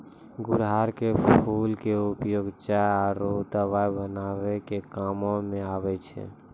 गुड़हल के फूल के उपयोग चाय आरो दवाई बनाय के कामों म आबै छै